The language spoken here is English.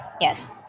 Yes